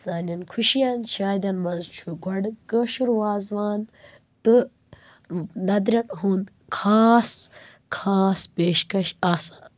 سانٮ۪ن خوشِین شادٮ۪ن منٛز چھُ گۄڈٕ کٲشُر وازوان تہٕ ندرٮ۪ن ہُنٛد خاص خاص پیش کش آسان